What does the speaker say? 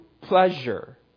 pleasure